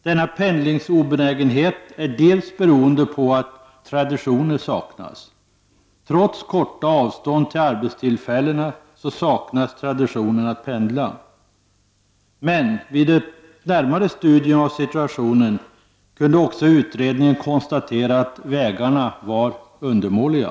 Denna pendlingsobenägenhet är beror bl.a. på att traditioner saknas. Trots korta avstånd till arbetstillfällena saknas traditionen att pendla. Vid ett närmare studium av situationen kunde också utredningen konstatera att vägarna var undermåliga.